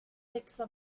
mixer